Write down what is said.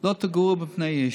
לא תגורו מפני איש".